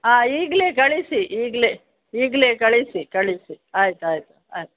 ಹಾಂ ಈಗಲೇ ಕಳಿಸಿ ಈಗಲೇ ಈಗಲೇ ಕಳಿಸಿ ಕಳಿಸಿ ಆಯ್ತು ಆಯ್ತು ಆಯ್ತು